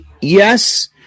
yes